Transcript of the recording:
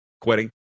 quitting